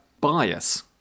bias